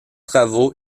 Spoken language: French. travaux